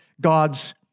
God's